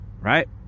right